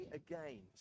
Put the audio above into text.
again